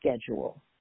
schedule